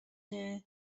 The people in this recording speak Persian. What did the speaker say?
بدون